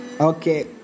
Okay